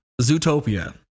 Zootopia